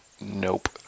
nope